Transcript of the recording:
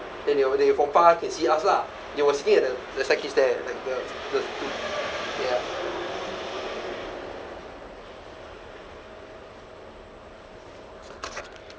then they a~ they from far can see us lah they were sitting at the the staircase there like the the okay ah